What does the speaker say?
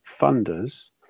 funders